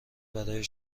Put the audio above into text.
برای